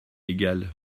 égal